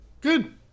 Good